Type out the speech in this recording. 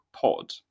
pod